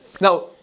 Now